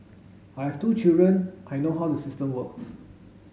I have two children I know how the system works